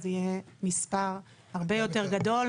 זה יהיה מספר הרבה יותר גדול,